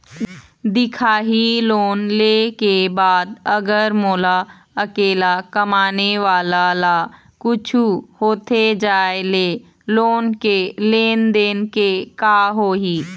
दिखाही लोन ले के बाद अगर मोला अकेला कमाने वाला ला कुछू होथे जाय ले लोन के लेनदेन के का होही?